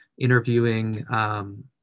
interviewing